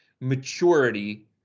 maturity